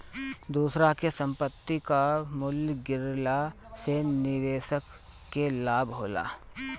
दूसरा के संपत्ति कअ मूल्य गिरला से निवेशक के लाभ होला